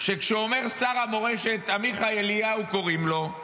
אומר שר המורשת, עמיחי אליהו קוראים לו: